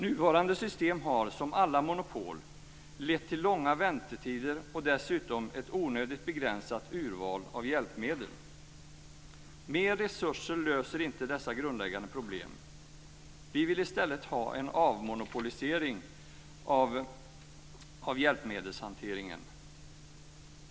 Nuvarande system har, som alla monopol, lett till långa väntetider och dessutom ett onödigt begränsat urval av hjälpmedel. Mer resurser löser inte dessa grundläggande problem. Vi vill i stället ha en avmonopolisering av hjälpmedelshanteringen.